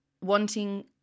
wanting